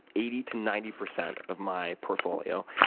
eighty to ninety percent of my portfolio,